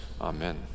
Amen